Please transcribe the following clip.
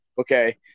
okay